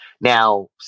Now